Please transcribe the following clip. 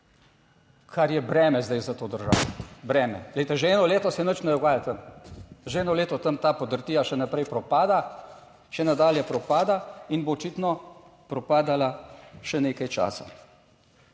kar je breme zdaj za to državo, breme. Glejte že eno leto se nič ne dogaja tam, že eno leto tam ta podrtija še naprej propada, še nadalje propada in bo očitno propadala še nekaj časa.